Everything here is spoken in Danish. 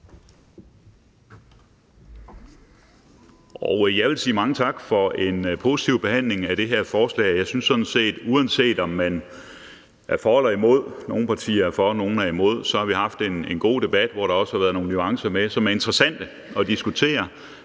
Jeg vil sige mange tak for en positiv behandling af det her forslag. Jeg synes sådan set, uanset om man er for eller imod – nogle partier er for, nogle er imod – at vi har haft en god debat, hvor der også har været nogle nuancer med, som er interessante at diskutere.